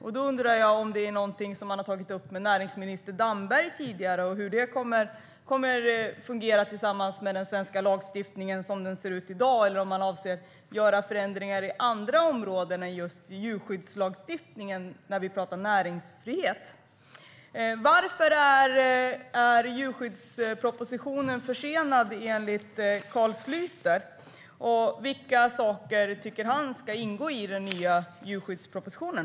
Jag undrar om det är någonting som man har tagit upp med näringsminister Damberg tidigare och hur det kommer att fungera tillsammans med den svenska lagstiftningen som den ser ut i dag. Eller avser man att göra förändringar på andra områden än just djurskyddslagstiftningen när det gäller näringsfrihet? Varför är djurskyddspropositionen försenad, Carl Schlyter? Och vilka saker tycker Carl Schlyter ska ingå i den nya djurskyddspropositionen?